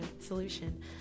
solution